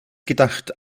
gedacht